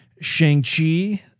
Shang-Chi